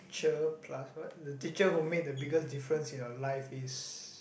cheer plus what the teacher who made the biggest difference in your life is